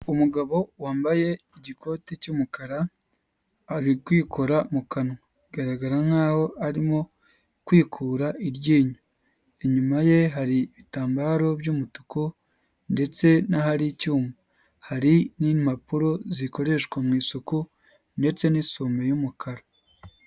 Umugabo wambaye igikoti cy'umukara, ari kwikora mu kanwa, bigaragara nk'aho arimo kwikura iryinyo, inyuma ye hari ibitambaro by'umutuku ndetse n'ahari icyuma, hari n'impapuro zikoreshwa mu isuku ndetse n'isume y'umukara.